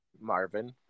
Marvin